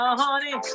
honey